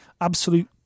absolute